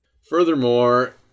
Furthermore